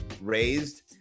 raised